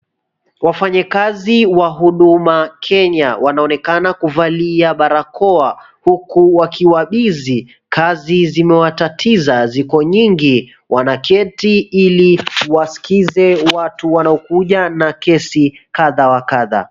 Wafanyikazi wa huduma Kenya wanaonekana kuvalia barakoa huku wakiwa [cp]busy[cp] Kazi zimewatatiza ziko nyingi wanaketi ili waskize watu wanaokuja na kesi kadha wa kadha.